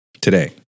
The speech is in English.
today